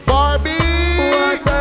Barbie